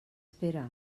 pere